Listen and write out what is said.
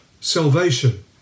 salvation